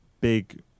big